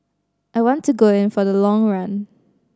I want to go in for the long run